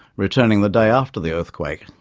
returning the day after the earthquake.